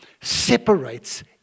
separates